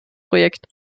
projekt